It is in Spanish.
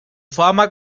fama